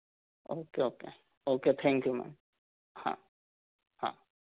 okay okay okay thank you ma'am हाँ हाँ